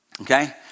okay